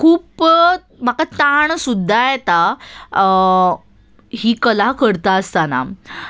खूब म्हाका ताण सुद्दां येता ही कला करता आसतना